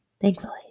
Thankfully